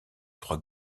trois